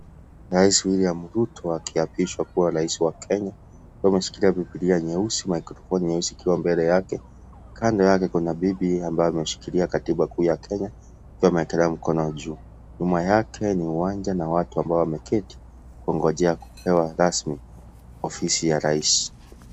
Rais William Ruto akiapishwa kuwa rais wa Kenya akiwa ameshikilia biblia nyeusi maikrofoni nyeusi ikiwa mbele yake, kando yake kuna bibi ambaye ameshikilia katiba kuu ya Kenya akiwa ameekelea mkono juu, nyuma yake ni uwanja na watu ambao wameketi kungojea kupewa rasmi ofisi ya rais.